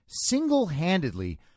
single-handedly